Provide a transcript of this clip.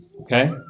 Okay